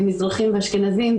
מזרחים ואשכנזים,